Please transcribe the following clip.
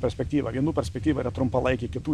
perspektyva vienų perspektyva yra trumpalaikė kitų